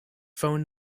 phone